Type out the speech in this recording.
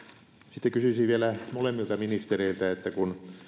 sitten kysyisin vielä molemmilta ministereiltä että kun